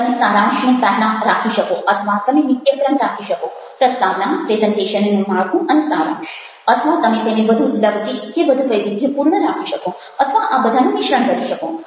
તમે સારાંશને પહેલાં રાખી શકો અથવા તમે નિત્યક્રમ રાખી શકો પ્રસ્તાવના પ્રેઝન્ટેશનનું માળખું અને સારાંશ અથવા તમે તેને વધુ લવચિક કે વધુ વૈવિધ્યપૂર્ણ રાખી શકો અથવા આ બધાનું મિશ્રણ કરી શકો